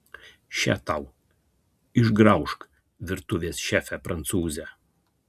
še tau išgraužk virtuvės šefe prancūze